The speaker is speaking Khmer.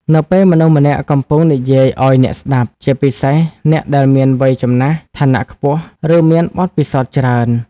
នៅពេលមនុស្សម្នាក់កំពុងនិយាយអោយអ្នកស្ដាប់ ជាពិសេសអ្នកដែលមានវ័យចំណាស់ ឋានៈខ្ពស់ ឬមានបទពិសោធន៍ច្រើន។